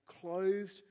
clothed